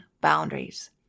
boundaries